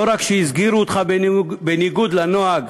לא רק שהסגירו אותך בניגוד לנוהג